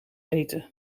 eten